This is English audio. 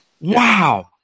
Wow